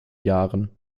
jahren